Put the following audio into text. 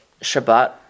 Shabbat